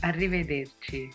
Arrivederci